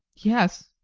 yes,